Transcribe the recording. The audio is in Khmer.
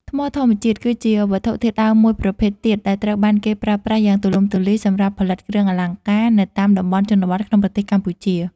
ថ្មធម្មជាតិ គឺជាវត្ថុធាតុដើមមួយប្រភេទទៀតដែលត្រូវបានគេប្រើប្រាស់យ៉ាងទូលំទូលាយសម្រាប់ផលិតគ្រឿងអលង្ការនៅតាមតំបន់ជនបទក្នុងប្រទេសកម្ពុជា។